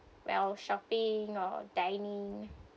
well shopping or dining